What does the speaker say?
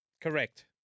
Correct